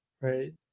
Right